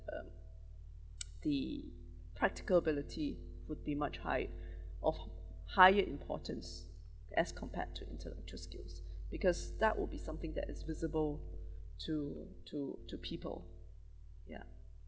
um the practical ability would be much high of higher importance as compared to intellectual skills because that will be something that is visible to to to people ya